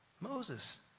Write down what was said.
Moses